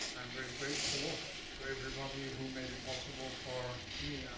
i'm very grateful to everybody who made it possible for me